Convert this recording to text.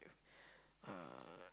uh